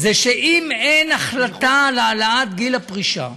זה שאם אין החלטה על העלאת גיל הפרישה,